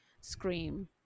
scream